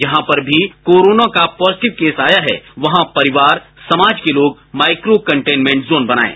जहां पर एक भी कोरोना का पॉजिटिव केस आया है वहां परिवार समाज के लोग माइक्रो कन्टेनमेंट जोन बनाएं